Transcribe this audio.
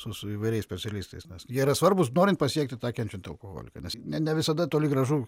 su su įvairiais specialistais nes jie yra svarbūs norint pasiekti tą kenčiantį alkoholiką nes ne ne visada toli gražu